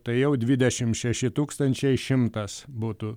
tai jau dvidešimt šeši tūkstančiai šimtas butų